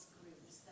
groups